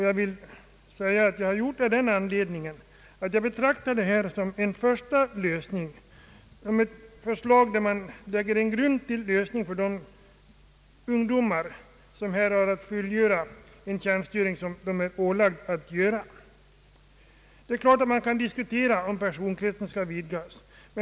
Jag har gjort det av den anledningen att jag betraktar detta som en första lösning, som ett förslag där man lägger en grund till skydd för de ungdomar som här har att fullgöra den tjänstgöring som är ålagd dem. Det är klart att man kan diskutera om personkretsen skall vidgas.